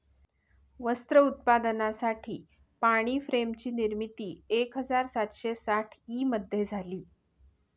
वस्त्र उत्पादनासाठी पाणी फ्रेम ची निर्मिती एक हजार सातशे साठ ई मध्ये झाली